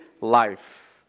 life